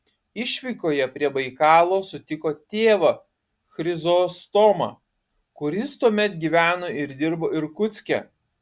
išvykoje prie baikalo sutiko tėvą chrizostomą kuris tuomet gyveno ir dirbo irkutske